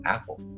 Apple